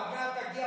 עוד מעט תגיע התביעה.